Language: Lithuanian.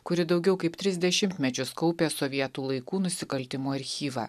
kuri daugiau kaip tris dešimtmečius kaupė sovietų laikų nusikaltimų archyvą